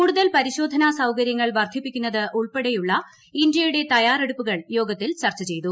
കൂടുതൽ പരിശോധനാ സൌകര്യങ്ങൾ വർദ്ധിപ്പിക്കുന്നത് ഉൾപ്പെടെയുള്ള ഇന്ത്യയുടെ തയ്യാറെടുപ്പുകൾ യോഗത്തിൽ ചർച്ചു ചെയ്തു